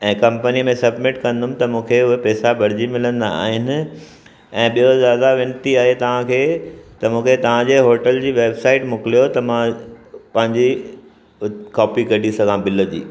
ऐं कंपनीअ में सबमिट कंदुमि त मूंखे उहे पेसा भरिजी मिलंदा आहिनि ऐं ॿियो दादा विनती आहे तव्हां खे त मूंखे तव्हां जे हॉटल जी वैबसाइट मोकिलियो त मां पंहिंजी कॉपी कढी सघां बिल जी